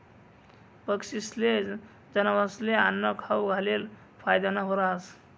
पक्षीस्ले, जनावरस्ले आन्नं खाऊ घालेल फायदानं रहास